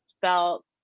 felt